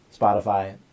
Spotify